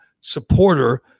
supporter